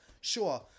sure